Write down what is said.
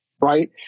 right